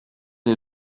est